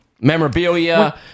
Memorabilia